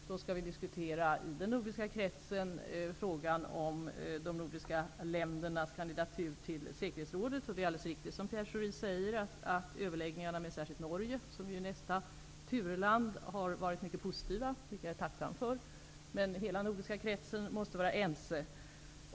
Då skall vi i den nordiska kretsen diskutera frågan om de nordiska ländernas kandidatur till säkerhetsrådet. Det är alldeles riktigt som Pierre Schori säger att överläggningarna med Norge, som står i tur, har varit positiva. Det är jag mycket tacksam för. Men hela den nordiska kretsen måste vara ense.